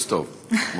תירוץ טוב.